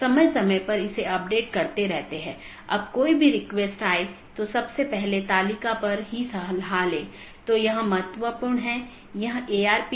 आज हमने जो चर्चा की है वह BGP रूटिंग प्रोटोकॉल की अलग अलग विशेषता यह कैसे परिभाषित किया जा सकता है कि कैसे पथ परिभाषित किया जाता है इत्यादि